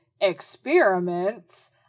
experiments